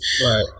Right